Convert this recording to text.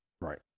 Right